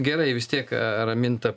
gerai vis tiek raminta